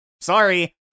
sorry